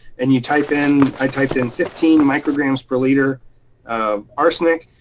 and you type in. i typed in fifteen micrograms per liter of arsenic.